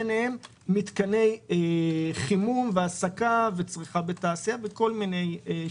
ביניהם מתקני חימום והסקה וצריכה בתעשייה וכל מיני שימושים.